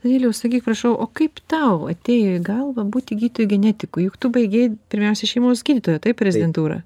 danieliau sakyk prašau o kaip tau atėjo į galvą būti gydytoju genetiku juk tu baigei pirmiausiai šeimos gydytojo taip rezidentūrą